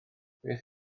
beth